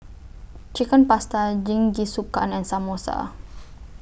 Chicken Pasta Jingisukan and Samosa